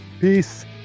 Peace